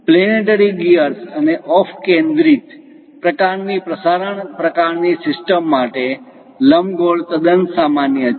planetary gears અને off કેન્દ્રિત પ્રકારની પ્રસારણ પ્રકારની સિસ્ટમ માટે લંબગોળ તદ્દન સામાન્ય છે